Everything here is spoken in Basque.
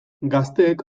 gazteek